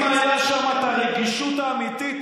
אם הייתה שם הרגישות האמיתית,